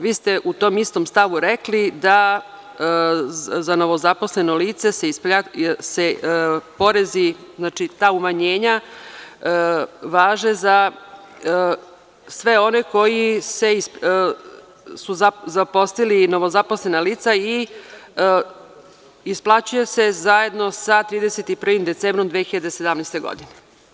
Vi ste u tom istom stavu rekli da za novozaposleno lice se porezi, znači, ta umanjenja važe za sve one koji su zaposlili novozaposlena lica i isplaćuje se zajedno sa 31. decembrom 2017. godine.